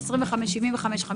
2 מיליון ו-246,000